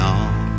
on